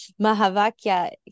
Mahavakya